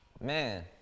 Man